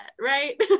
right